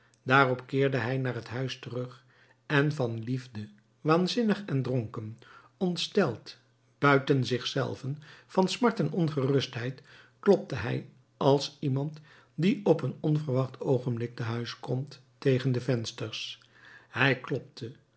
daarop keerde hij naar het huis terug en van liefde waanzinnig en dronken ontsteld buiten zich zelven van smart en ongerustheid klopte hij als iemand die op een onverwacht oogenblik te huis komt tegen de vensters hij klopte